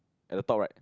at the top right